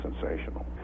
Sensational